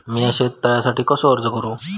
मीया शेत तळ्यासाठी कसो अर्ज करू?